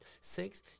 Sex